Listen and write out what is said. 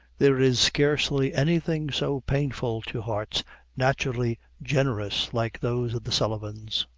there is scarcely anything so painful to hearts naturally generous, like those of the sullivans,